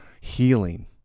healing